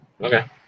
Okay